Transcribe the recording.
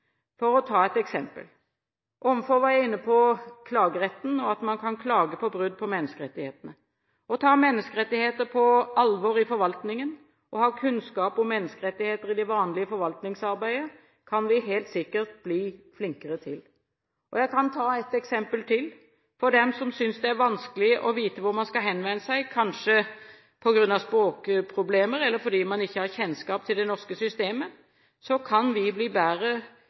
ta et eksempel. Ovenfor var jeg inne på klageretten og at man kan klage på brudd på menneskerettighetene. Det å ta menneskerettigheter på alvor i forvaltningen og ha kunnskap om menneskerettigheter i det vanlige forvaltningsarbeidet kan vi helt sikkert bli flinkere til. Jeg kan ta et eksempel til. For dem som synes det er vanskelig å vite hvor de skal henvende seg, kanskje på grunn av språkproblemer eller fordi de ikke har kjennskap til det norske systemet, kan vi ha bedre